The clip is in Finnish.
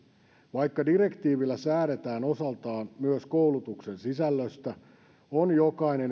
vaikka direktiivillä säädetään osaltaan myös koulutuksen sisällöstä on jokainen